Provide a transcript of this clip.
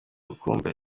ukumva